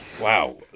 wow